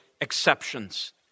exceptions